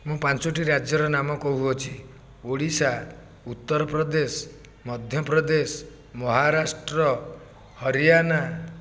ମୁଁ ପାଞ୍ଚୋଟି ରାଜ୍ୟର ନାମ କହୁଅଛି ଓଡ଼ିଶା ଉତ୍ତରପ୍ରଦେଶ ମଧ୍ୟପ୍ରଦେଶ ମହାରାଷ୍ଟ୍ର ହରିୟାଣା